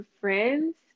friends